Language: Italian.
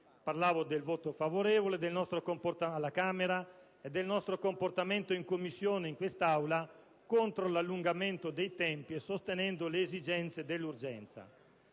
Parlavo del voto favorevole alla Camera e del nostro comportamento in Commissione e in quest'Aula contro l'allungamento dei tempi e sostenendo le esigenze dell'urgenza.